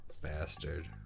Bastard